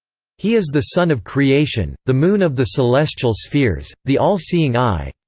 he is the sun of creation, the moon of the celestial spheres, the all-seeing eye.